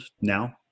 now